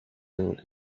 and